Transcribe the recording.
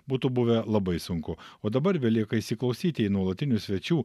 būtų buvę labai sunku o dabar belieka įsiklausyti į nuolatinių svečių